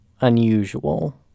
unusual